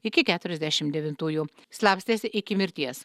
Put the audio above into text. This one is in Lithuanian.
iki keturiasdešim devintųjų slapstėsi iki mirties